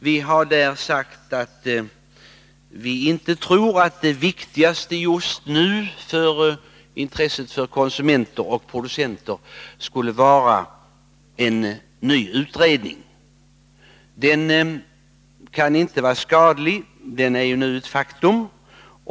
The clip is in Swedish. Vi har därvid framhållit att vi inte tror att det främsta intresset för konsumenter och producenter just nu är en ny utredning. En utredning kan dock inte vara skadlig — den är nu ett faktum.